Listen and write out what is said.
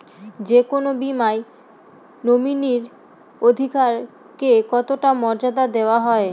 যে কোনো বীমায় নমিনীর অধিকার কে কতটা মর্যাদা দেওয়া হয়?